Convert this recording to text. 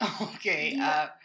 Okay